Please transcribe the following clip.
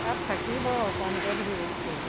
এই থাকিব কমকৈ ধৰিব খালি